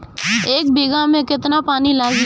एक बिगहा में केतना पानी लागी?